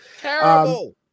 Terrible